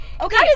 Okay